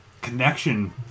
connection